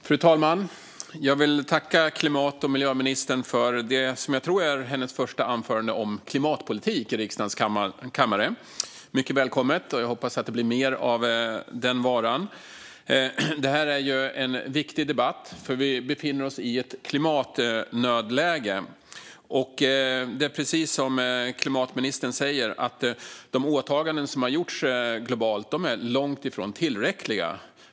Fru talman! Jag vill tacka klimat och miljöministern för det jag tror är hennes första anförande om klimatpolitik i riksdagens kammare. Det är mycket välkommet. Jag hoppas att det blir mer av den varan. Det här är en viktig debatt. Vi befinner oss i ett klimatnödläge. Det är precis som klimatministern säger. De åtaganden som har gjorts globalt är långt ifrån tillräckliga.